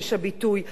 חברה חיה,